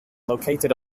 located